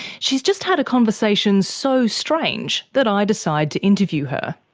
she's just had a conversation so strange that i decide to interview her.